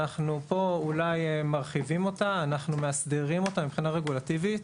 פה אנחנו אולי מרחיבים אותה ומאסדרים אותה מבחינה רגולטיבית,